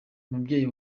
umubyeyi